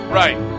right